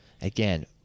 Again